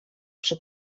przy